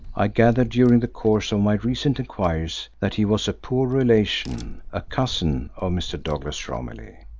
i gathered, during the course of my recent enquiries, that he was a poor relation, a cousin of mr. douglas romilly.